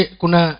kuna